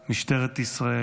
משטרת ישראל,